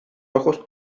ojos